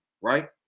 right